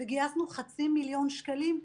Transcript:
וגייסנו חצי מיליון שקלים.